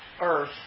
Earth